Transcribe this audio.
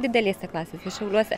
didelėse klasėse šiauliuose